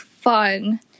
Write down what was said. fun